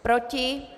Proti?